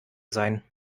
sein